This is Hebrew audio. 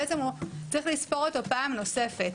בעצם הוא צריך לספור אותו פעם נוספת.